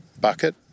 bucket